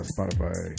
Spotify